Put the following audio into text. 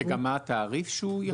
וגם מה התעריף שיחול כאן?